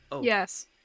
Yes